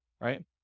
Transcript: right